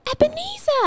Ebenezer